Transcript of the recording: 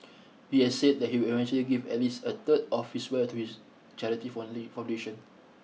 he has said that he will eventually give at least a third of his wealth to his charity foundation